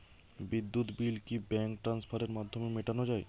বিদ্যুৎ বিল কি ব্যাঙ্ক ট্রান্সফারের মাধ্যমে মেটানো য়ায়?